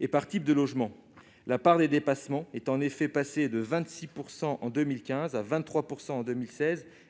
et par type de logement. La part des dépassements est en effet passée de 26 % en 2015 à 23 % en 2016